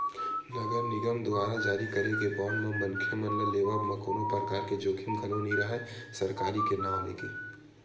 नगर निगम दुवारा जारी करे गे बांड म मनखे मन ल लेवब म कोनो परकार के जोखिम घलो नइ राहय सरकारी के नांव लेके